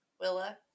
Willa